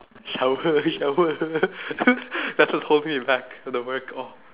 shower shower that's what holds me back the work oh